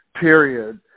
period